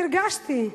הרגשתי,